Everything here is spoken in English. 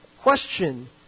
question